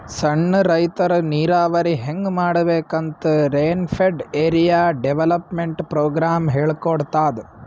ಸಣ್ಣ್ ರೈತರ್ ನೀರಾವರಿ ಹೆಂಗ್ ಮಾಡ್ಬೇಕ್ ಅಂತ್ ರೇನ್ಫೆಡ್ ಏರಿಯಾ ಡೆವಲಪ್ಮೆಂಟ್ ಪ್ರೋಗ್ರಾಮ್ ಹೇಳ್ಕೊಡ್ತಾದ್